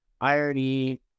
irony